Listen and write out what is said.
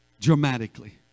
dramatically